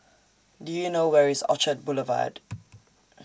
Do YOU know Where IS Orchard Boulevard